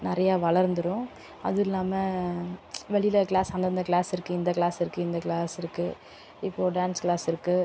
நிறையா வளர்ந்துடும் அதுவும் இல்லாமல் வெளியில் கிளாஸ் அந்தந்த கிளாஸ் இருக்குது இந்த கிளாஸ் இருக்குது இந்த கிளாஸ் இருக்குது இப்போ டான்ஸ் கிளாஸ் இருக்குது